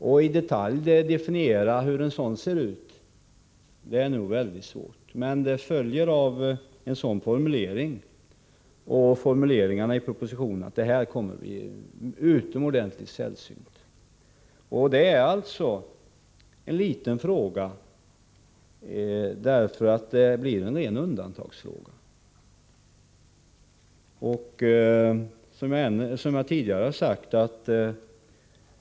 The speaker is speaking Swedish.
Att i detalj definiera hur en sådan ser ut är nog väldigt svårt, men det följer av denna formulering och övriga formuleringar i propositionen att dylika fall kommer att bli utomordentligt sällsynta. Det är en liten fråga, en ren undantagsfråga.